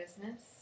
business